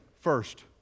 First